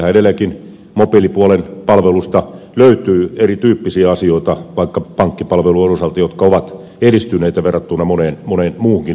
meillähän edelleenkin mobiilipuolen palveluista löytyy erityyppisiä asioita vaikka pankkipalveluiden osalta jotka ovat edistyneitä verrattuna moneen muuhunkin maahan